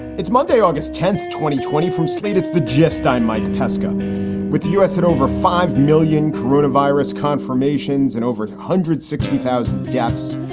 it's monday, august tenth, twenty twenty from slate's the gist, i'm mike pesca with us at over five million coronavirus confirmations and over two hundred sixty thousand deaths.